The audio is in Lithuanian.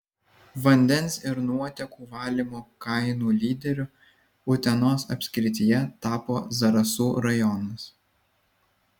vandens ir nuotėkų valymo kainų lyderiu utenos apskrityje tapo zarasų rajonas